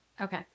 Okay